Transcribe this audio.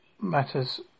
matters